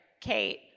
Kate